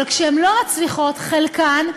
אבל כשהן לא מצליחות, חלקן,